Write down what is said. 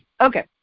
Okay